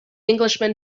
englishman